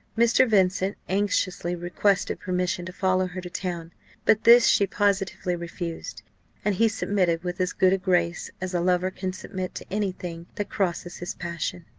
mr. vincent anxiously requested permission to follow her to town but this she positively refused and he submitted with as good a grace as a lover can submit to any thing that crosses his passion.